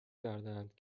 کردند